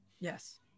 Yes